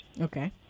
Okay